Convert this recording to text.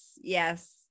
yes